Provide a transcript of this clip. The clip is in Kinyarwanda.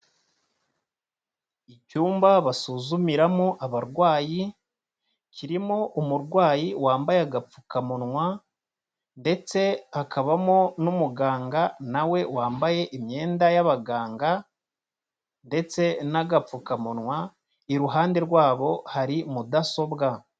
Icyumba basuzumiramo abarwayi, kirimo umurwayi wambaye agapfukamunwa, ndetse hakabamo n'umuganga na we wambaye imyenda y'abaganga, ndetse n'agapfukamunwa. Iruhande rwabo hari Mudasobwa.